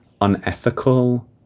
unethical